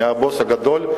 מהבוס הגדול.